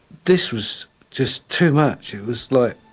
this was just too much. it was like